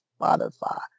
Spotify